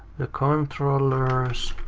the controllers,